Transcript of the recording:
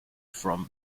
from